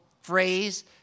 phrase